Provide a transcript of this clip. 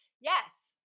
yes